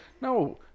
No